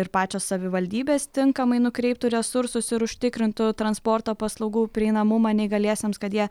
ir pačios savivaldybės tinkamai nukreiptų resursus ir užtikrintų transporto paslaugų prieinamumą neįgaliesiems kad jie